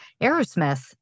Aerosmith